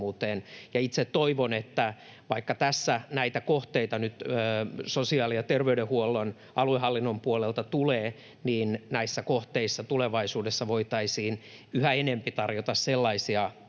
Itse toivon, että vaikka tässä näitä kohteita nyt sosiaali- ja terveydenhuollon, aluehallinnon puolelta tulee, niin näissä kohteissa tulevaisuudessa voitaisiin yhä enempi tarjota sellaisia kohteita